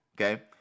Okay